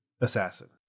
Assassin